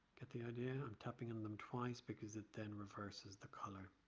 get the idea? i'm tapping and them twice because it then reverses the color